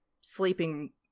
sleeping